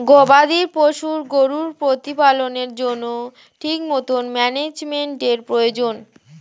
গবাদি পশু গরুর প্রতিপালনের জন্য ঠিকমতো ম্যানেজমেন্টের প্রয়োজন হয়